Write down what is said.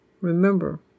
Remember